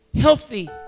healthy